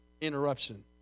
interruption